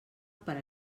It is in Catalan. per